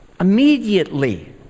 immediately